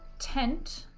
tent,